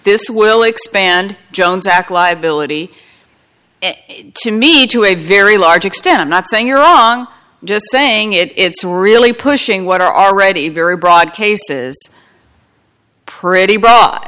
this will expand jones act liability to me to a very large extent i'm not saying you're wrong just saying it's really pushing what are already very broad cases pretty b